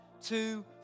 two